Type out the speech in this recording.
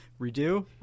Redo